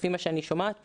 לפי מה שאני שומעת פה.